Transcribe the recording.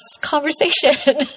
conversation